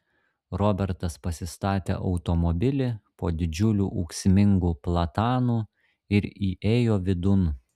robertas pasistatė automobilį po didžiuliu ūksmingu platanu ir įėjo vidun